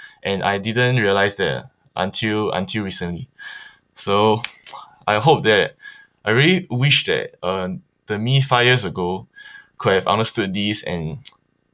and I didn't realise that until until recently so I hope that I really wish that uh the me five years ago could have understood this and